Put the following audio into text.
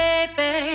Baby